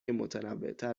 متنوعتر